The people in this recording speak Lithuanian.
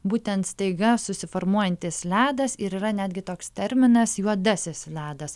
būtent staiga susiformuojantis ledas ir yra netgi toks terminas juodasis ledas